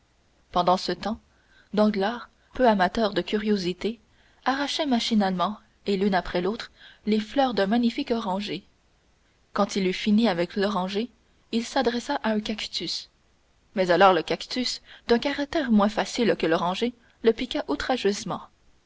pendant ce temps danglars peu amateur de curiosités arrachait machinalement et l'une après l'autre les fleurs d'un magnifique oranger quand il eut fini avec l'oranger il s'adressa à un cactus mais alors le cactus d'un caractère moins facile que l'oranger le piqua outrageusement